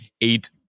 eight